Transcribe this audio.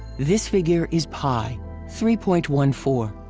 this figure is pi three point one four.